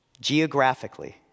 Geographically